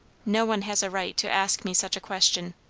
no one has a right to ask me such a question.